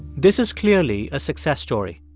this is clearly a success story.